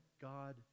God